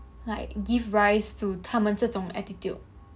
like give rise to 他们这种 attitude